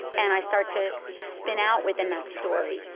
and i start to spin out within that story.